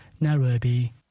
Nairobi